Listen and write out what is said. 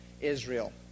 Israel